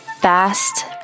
Fast